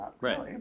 Right